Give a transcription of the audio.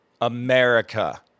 America